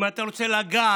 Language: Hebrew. אם אתה רוצה לגעת,